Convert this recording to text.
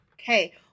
Okay